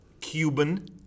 Cuban